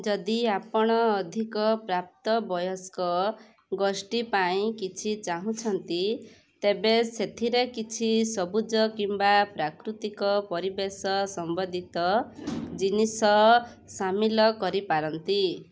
ଯଦି ଆପଣ ଅଧିକ ପ୍ରାପ୍ତବୟସ୍କ ଗୋଷ୍ଠୀ ପାଇଁ କିଛି ଚାହୁଁଛନ୍ତି ତେବେ ସେଥିରେ କିଛି ସବୁଜ କିମ୍ବା ପ୍ରାକୃତିକ ପରିବେଶ ସମ୍ବନ୍ଧିତ ଜିନିଷ ସାମିଲ କରିପାରନ୍ତି